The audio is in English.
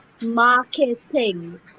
marketing